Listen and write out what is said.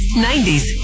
90s